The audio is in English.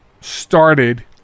started